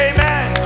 Amen